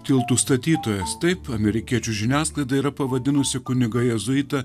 tiltų statytojas taip amerikiečių žiniasklaida yra pavadinusi kunigą jėzuitą